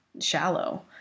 shallow